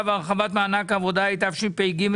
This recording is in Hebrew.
קראנו את ההסתייגות.